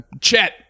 Chet